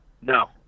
no